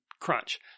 crunch